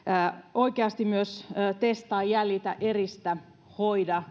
oikeasti myös käytännössä testaa jäljitä eristä hoida